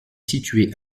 située